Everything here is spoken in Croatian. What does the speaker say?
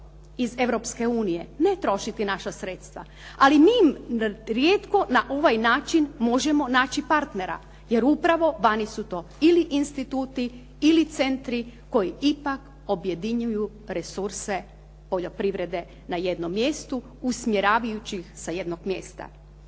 unije. Ne trošiti naša sredstva, ali mi rijetko na ovaj način možemo naći partnera, jer upravo vani su to ili instituti ili centri koji ipak objedinjuju resurse poljoprivrede na jednom mjestu, usmjeravajući ih sa jednog mjesta.